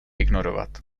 ignorovat